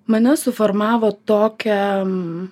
mane suformavo tokią